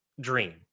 dream